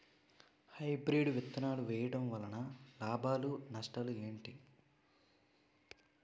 Hybrid విత్తనాలు వేయటం వలన లాభాలు నష్టాలు ఏంటి?